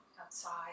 outside